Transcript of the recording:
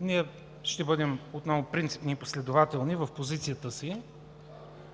Ние ще бъдем отново принципни и последователни в позицията си.